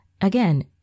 again